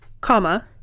comma